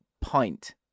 pint